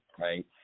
right